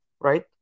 right